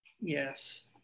yes